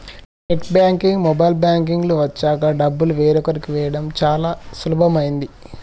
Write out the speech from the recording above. net banking, mobile banking లు వచ్చాక డబ్బులు వేరొకరికి వేయడం తీయడం చాలా సులభమైనది